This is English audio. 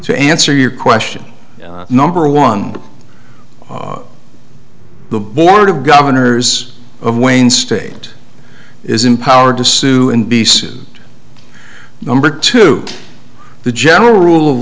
to answer your question number one the board of governors of wayne state is empowered to sue and be sued number two the general rule of